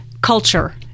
culture